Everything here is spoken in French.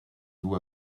vous